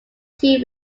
two